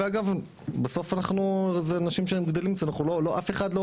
ואגב בסוף אנחנו זה אנשים שהם גדלים אצלנו אף אחד,